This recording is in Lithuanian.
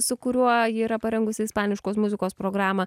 su kuriuo ji yra parengusi ispaniškos muzikos programą